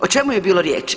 O čemu je bilo riječ?